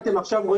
אנחנו רואים